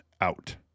out